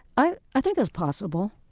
i i think that's possible.